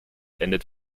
endet